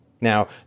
Now